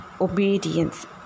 obedience